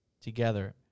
together